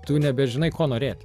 tu nebežinai ko norėt